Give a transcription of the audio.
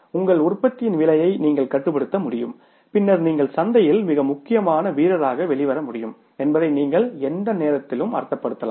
உங்கள் உற்பத்தியின் விலையை நீங்கள் கட்டுப்படுத்த முடியும் பின்னர் நீங்கள் சந்தையில் மிக முக்கியமான வீரராக வெளிவர முடியும் என்பதை நீங்கள் எந்த நேரத்திலும் அர்த்தப்படுத்தலாம்